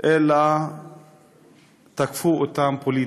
אלא תקפו אותם פוליטית.